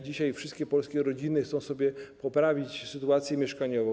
Dzisiaj wszystkie polskie rodziny chcą sobie poprawić sytuację mieszkaniową.